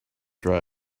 dry